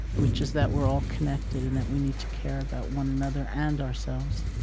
which is that we're all connected and that we need to care about one another and ourselves